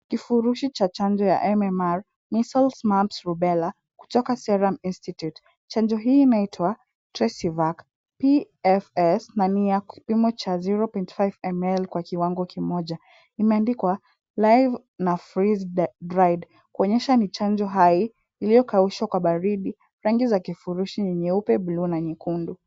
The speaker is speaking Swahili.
Kifurushi ya chanjo cha MMR measles, mumps, rubella kutoka Serum Institute. Chanjo hii inaitwa Tresivac PFS na ni ya kipimo cha 0.5 ml kwa kiwango kimoja. Imeandikwa live na freeze dried kuonyesha ni chanjo hai iliyokaushwa kwa baridi. Rangi za kifurushi ni nyeupe, bluu na nyekundu.